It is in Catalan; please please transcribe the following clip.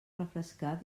refrescar